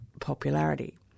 popularity